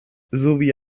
sowie